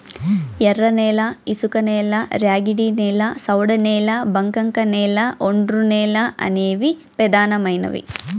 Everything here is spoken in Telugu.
ఎర్రనేల, ఇసుకనేల, ర్యాగిడి నేల, సౌడు నేల, బంకకనేల, ఒండ్రునేల అనేవి పెదానమైనవి